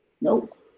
Nope